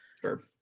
sure